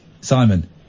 Simon